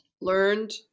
learned